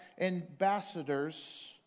ambassadors